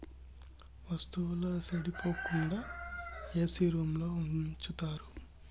వత్తువుల సెడిపోకుండా ఏసీ రూంలో ఉంచుతారు